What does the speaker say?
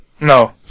No